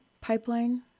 pipeline